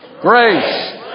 Grace